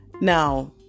Now